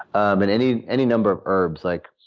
um and any any number of herbs like